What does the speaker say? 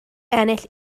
ennill